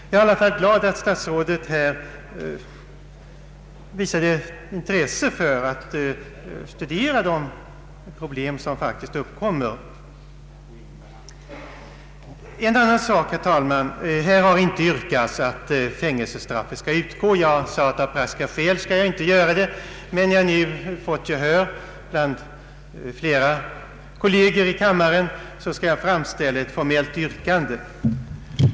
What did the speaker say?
Jag är i alla fall glad över att statsrådet har visat intresse för att studera de problem som faktiskt kan uppkomma. Här har inte, herr talman, yrkats att fängelsestraffet skall utgå. Jag sade att jag av praktiska skäl inte skulle göra det, men när jag nu har vunnit gehör hos flera kolleger i kammaren skall jag framställa ett formellt yrkande.